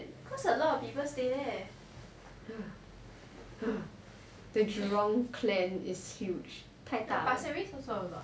cause a lot of people stay there the jurong clan is huge pasir ris also a lot